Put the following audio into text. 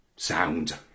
sound